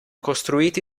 costruiti